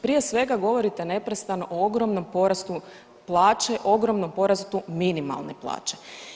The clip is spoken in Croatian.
Prije svega govorite neprestano o ogromnom porastu plaće, ogromnom porastu minimalne plaće.